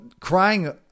crying